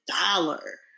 dollar